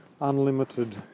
unlimited